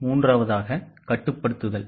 மூன்றாவதாக கட்டுப்படுத்துதல்